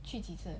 去几次